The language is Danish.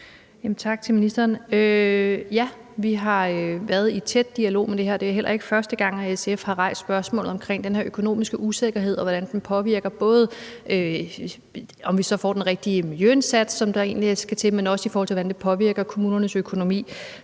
Tak til ministeren. Ja, vi har været i tæt dialog om det her, og det er heller ikke første gang, SF har rejst spørgsmålet om den her økonomiske usikkerhed, og hvordan den påvirker, om vi får den rigtige miljøindsats, som der skal til, men også i forhold til hvordan det påvirker kommunernes økonomi.